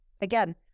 again